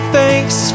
thanks